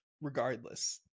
Regardless